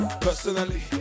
Personally